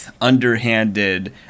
underhanded